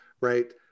right